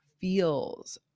feels